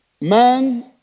Man